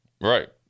Right